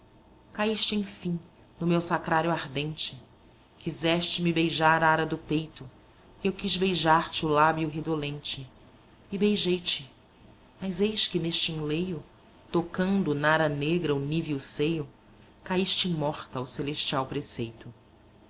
caíste enfim no meu sacrário ardente quiseste me beijar a ara do peito e eu quis beijar-te o lábio redolente e beijei te mas eis que neste enleio tocando nara negra o níveo seio caíste morta ao celestial preceito